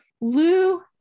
Lou